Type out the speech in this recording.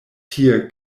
tie